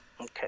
Okay